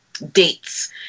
Dates